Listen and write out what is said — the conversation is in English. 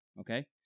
Okay